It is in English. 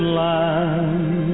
land